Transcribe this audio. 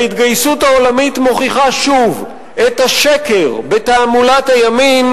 ההתגייסות העולמית מוכיחה שוב את השקר בתעמולת הימין,